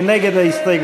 מי נגד ההסתייגויות?